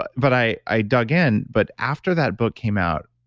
but but i i dug in, but after that book came out,